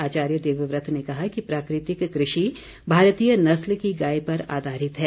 आचार्य देवव्रत ने कहा कि प्राकृतिक कृषि भारतीय नस्ल की गाय पर आधारित है